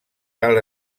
cal